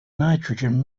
nitrogen